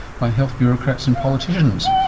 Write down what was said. by health bureaucrats and politicians.